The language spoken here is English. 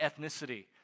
ethnicity